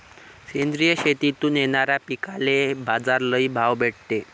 सेंद्रिय शेतीतून येनाऱ्या पिकांले बाजार लई भाव भेटते